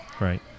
right